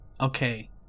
okay